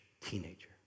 teenager